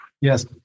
Yes